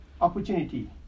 opportunity